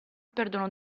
perdono